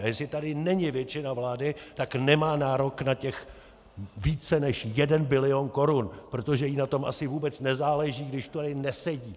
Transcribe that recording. A jestli tady není většina vlády, tak nemá nárok na těch více než 1 bilion korun, protože jí na tom asi vůbec nezáleží, když tady nesedí.